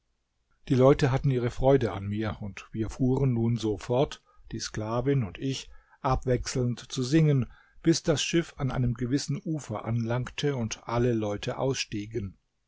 die leute hatten ihre freude an mir und wir fuhren nun so fort die sklavin und ich abwechselnd zu singen bis das schiff an einem gewissen ufer anlangte und alle leute ausstiegen